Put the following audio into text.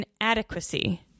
inadequacy